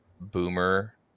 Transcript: boomer